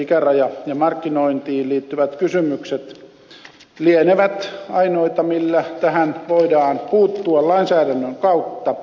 ikärajaan ja markkinointiin liittyvät kysymykset lienevät ainoita millä tähän voidaan puuttua lainsäädännön kautta